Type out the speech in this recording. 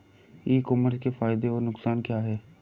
ई commerce के फायदे और नुकसान क्या हैं?